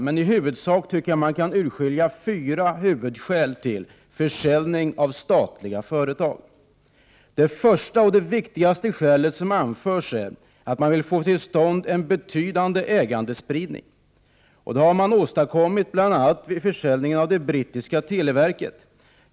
Man kan dock urskilja fyra huvudskäl till försäljning av statliga företag. Det första och det viktigaste skälet som anförts är att man vill få till stånd en betydande ägandespridning. Det har man åstadkommit bl.a. vid försäljningen av det brittiska televerket.